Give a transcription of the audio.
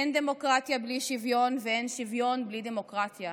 אין דמוקרטיה בלי שוויון ואין שוויון בלי דמוקרטיה.